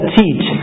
teach